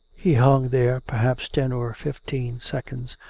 he hung there perhaps ten or fifteen seconds,